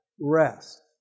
rest